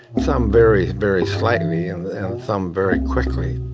some very, very slightly and some very quickly.